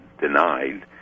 denied